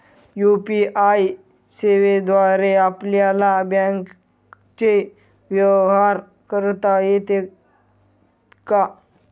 UPI सेवेद्वारे आपल्याला बँकचे व्यवहार करता येतात का?